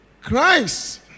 Christ